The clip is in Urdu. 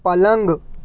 پلنگ